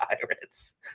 Pirates